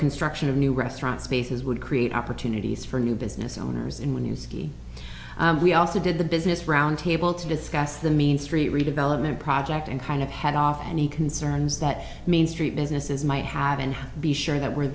construction of new restaurants spaces would create opportunities for new business owners in when you ski we also did the business roundtable to discuss the main street redevelopment project and kind of head off any concerns that mean street mrs might have and be sure that we're